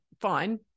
fine